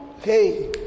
Hey